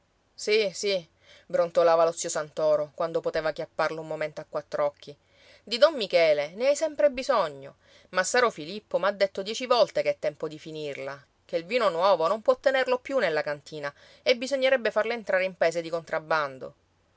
sì sì brontolava lo zio santoro quando poteva chiapparla un momento a quattr'occhi di don michele ne hai sempre bisogno massaro filippo m'ha detto dieci volte che è tempo di finirla che il vino nuovo non può tenerlo più nella cantina e bisognerebbe farlo entrare in paese di contrabbando